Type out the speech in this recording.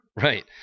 Right